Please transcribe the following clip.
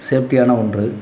சேஃப்டியான ஒன்று